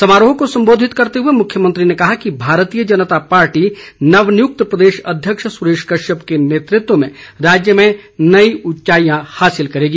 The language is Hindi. समारोह को सम्बोधित करते हुए मुख्यमंत्री ने कहा कि भारतीय जनता पार्टी नवनियुक्त प्रदेश अध्यक्ष सुरेश कश्यप के नेतृत्व में राज्य में नई उंचाईया हासिल करेगी